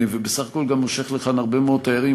ובסך הכול גם מושך לכאן הרבה מאוד תיירים.